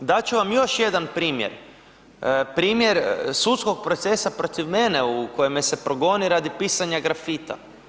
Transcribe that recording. Dat ću vam još jedan primjer, primjer sudskog procesa protiv mene u kojem me se progoni radi pisanja grafita.